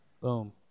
Boom